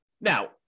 Now